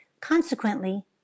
Consequently